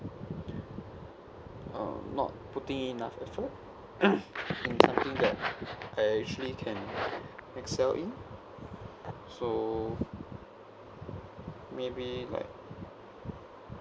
uh not putting in enough effort in actually something that I actually can excel in so maybe like